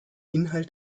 inhalt